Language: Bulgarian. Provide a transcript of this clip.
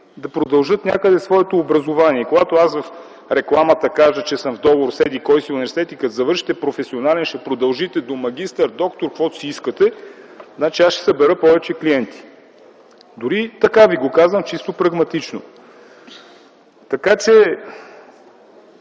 да продължат някъде своето образование. И когато аз в рекламата кажа, че съм в договор с еди-кой си университет и като завършите професионален ще продължите до магистър, доктор, каквото си искате, значи аз ще събера повече клиенти. Дори така ви го казвам чисто прагматично. Като човек